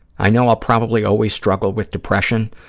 i know i'll probably always struggle with depression,